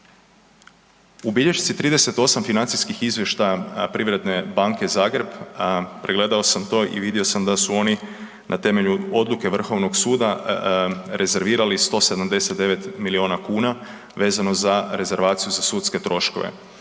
U bilješci 38 financijskih izvještaja PBZ-a pregledao sam to i vidio sam da su oni na temelju odluke Vrhovnog suda rezervirali 179 milijuna kuna vezano za rezervaciju za sudske troškove.